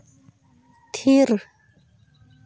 ᱛᱷᱤᱨ